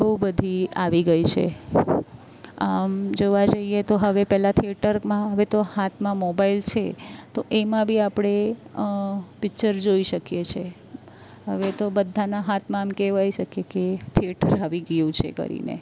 બહુ બધી આવી ગઈ છે આમ જોવા જઈએ તો હવે પહેલાં થિયેટરમાં હવે તો હાથમાં મોબાઈલ છે તો એમાં બી આપણે પિક્ચર જોઈ શકીએ છે હવે તો બધાના હાથમાં એમ કહેવાય છે કે કે થિયેટર આવી ગયું છે કરીને